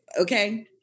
Okay